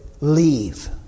Leave